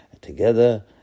together